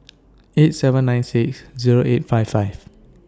eight seven nine six Zero eight five five